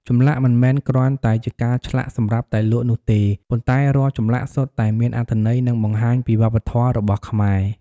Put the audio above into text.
ចម្លាក់មិនមែនគ្រាន់តែជាការឆ្លាក់សម្រាប់តែលក់នោះទេ ប៉ុន្តែរាល់ចម្លាក់សុទ្ធតែមានអត្ថន័យ និងបង្ហាញពីវប្បធម៌របស់ខ្មែរ។